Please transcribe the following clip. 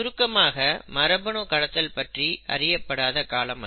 சுருக்கமாக மரபணு கடத்தல் பற்றி அறியப்படாத காலம் அது